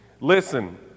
listen